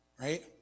right